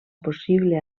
possible